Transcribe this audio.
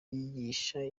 ryigisha